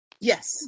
Yes